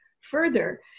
further